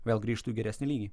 vėl grįžtų į geresnį lygį